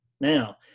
now